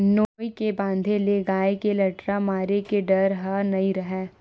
नोई के बांधे ले गाय के लटारा मारे के डर ह नइ राहय